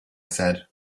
said